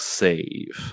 save